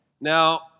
Now